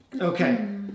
Okay